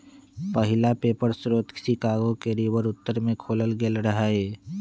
पहिला पेपर स्रोत शिकागो के रिवर उत्तर में खोलल गेल रहै